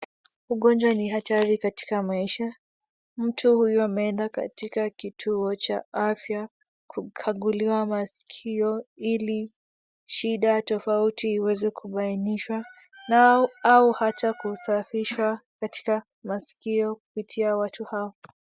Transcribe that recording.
Ugonjwa ni hatari katika maisha. Mtu huyu ameenda katika kituo cha afya kukaguliwa masikio ili shida tofauti iweze kubainishwa na au ata kusafishwa katika masikio kupitia watu hao.